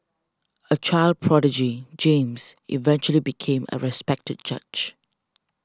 a child prodigy James eventually became a respected judge